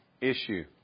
issue